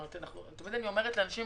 תמיד אני אומרת לאנשים